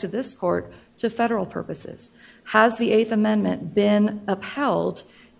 to this court to federal purposes has the th amendment been upheld